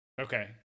Okay